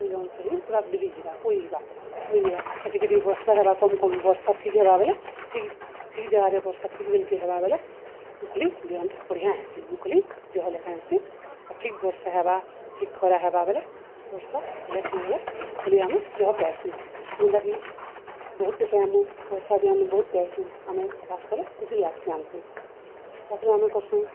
ସେଇ ଅନୁସାରେ ହିଁ ପୁରା ବିଲିଯିବା କୁଇଯିବା କୁଇଯିବା ଆ ଟିକେ ଟିକେ ବର୍ଷା ହେବା କମ୍ କମ ବର୍ଷା ଠିକ୍ ହେବା ବେଲେ ଠିକ୍ ଠିକ ଜାଗାରେ ବର୍ଷା ଠିକ୍ ବେଲକେ ହେବା ବେଲେ ମୁଖୁଲି ବିହନଟା ବଢ଼ିଆଁ ହେସି ମୁଁ ଖଲି ଜହ ଲେଖା ହେସି ଆର୍ ଠିକ ବର୍ଷା ହେବା ଠିକ୍ ଖରା ହେବା ବଲେ ବର୍ଷା ହେଲେ ଠିକ୍ ହେଲେ ମୁଁ ଖଲି ଆମେ ଜହପଏସୁଁ ଯେନ୍ତାକି ବହୁତଟେ ପମୁ ପଇସା ବି ଆମୁ ବହୁତ ପାଇଏସୁଁ ଆମେ ଚାଷ କଲେ ଖୁସି ଲାଗ୍ସି ଆମକୁ ତାପରେ ଆମେ କରସୁଁ